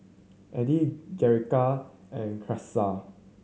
Elida Jerrica and Karissa